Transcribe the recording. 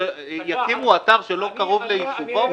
שיקימו אתר שלא קרוב ליישובו?